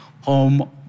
Home